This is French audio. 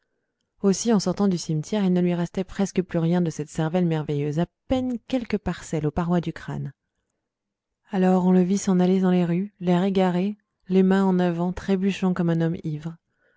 aussi en sortant du cimetière il ne lui restait presque plus rien de cette cervelle merveilleuse à peine quelques parcelles aux parois du crâne alors on le vit s'en aller dans les rues l'air égaré les mains en avant trébuchant comme un homme ivre